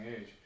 age